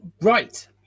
right